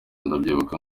ndabyibuka